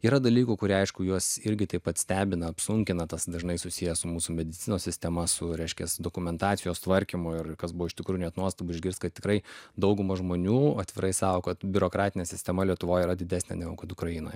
yra dalykų kurie aišku juos irgi taip pat stebina apsunkina tas dažnai susiję su mūsų medicinos sistema su reiškiasi dokumentacijos tvarkymo ir kas buvo iš tikrųjų net nuostabu išgirsti kad tikrai dauguma žmonių atvirai sako kad biurokratinė sistema lietuvoje yra didesnė negu kad ukrainoje